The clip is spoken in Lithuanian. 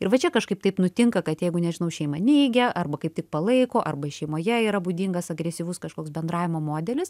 ir va čia kažkaip taip nutinka kad jeigu nežinau šeima neigia arba kaip tik palaiko arba šeimoje yra būdingas agresyvus kažkoks bendravimo modelis